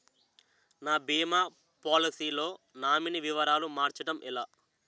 నా భీమా పోలసీ లో నామినీ వివరాలు మార్చటం ఎలా?